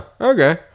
okay